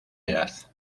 edad